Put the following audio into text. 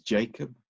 Jacob